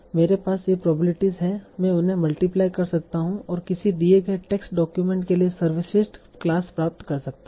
मेरे पास ये प्रोबेबिलिटीस हैं मैं इन्हें मल्टीप्लाय कर सकता हूं और किसी दिए गए टेक्स्ट डॉक्यूमेंट के लिए सर्वश्रेष्ठ क्लास प्राप्त कर सकता हूं